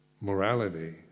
morality